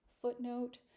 footnote